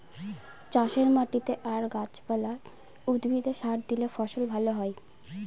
চাষের মাটিতে আর গাছ পালা, উদ্ভিদে সার দিলে ফসল ভালো হয়